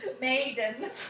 Maiden